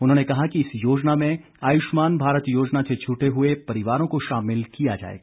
उन्होंने कहा कि इस योजना में आयुष्मान भारत योजना से छुटे हुए परिवारों को शामिल किया जाएगा